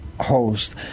host